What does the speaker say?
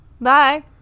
bye